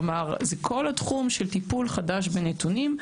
כלומר, זה כל התחום של טיפול חדש בנתונים.